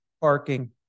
parking